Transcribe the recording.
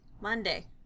Monday